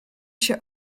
się